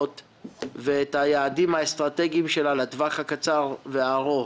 ואת היעדים האסטרטגיים שלה לטווח הקצר והארוך.